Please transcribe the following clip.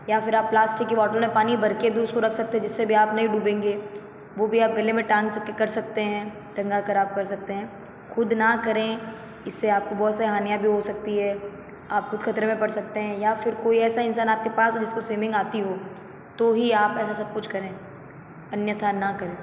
या फिर आप प्लास्टिक की बौटल में पानी भरके भी उसको रख सकते हैं जिससे भी आप नहीं डूबेंगे वो भी आप गले में टांग सक के कर सकते हैं टंगा कर आप कर सकते हैं खुद ना करें इससे आपको बहुत सी हानियाँ भी हो सकती हैं आप खुद खतरे में पड़ सकते हैं या फिर कोई ऐसा इंसान आपके पास हो जिसको स्विमिंग आती हो तो ही आप ऐसा सब कुछ करें अन्यथा ना करें